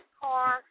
car